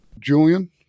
Julian